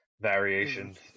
variations